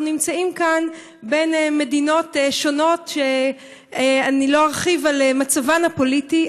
אנחנו נמצאים כאן בין מדינות שונות שאני לא ארחיב על מצבן הפוליטי,